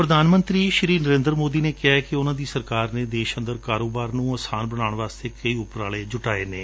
ਪ੍ਰਧਾਨ ਮੰਤਰੀ ਨਰੇਂਦਰ ਮੋਦੀ ਨੇ ਕਿਹੈ ਕਿ ਉਨਾਂ ਦੀ ਸਰਕਾਰ ਨੇ ਦੇਸ਼ ਅੰਦਰ ਕਾਰੋਬਾਰ ਨੰ ਆਸਾਨ ਬਣਾਉਣ ਵਾਸਤੇ ਕਈ ਉਪਰਾਲੇ ਜੁਟਾਏ ਨੇ